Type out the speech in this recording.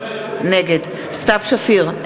נגד סתיו שפיר,